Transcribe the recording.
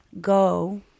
go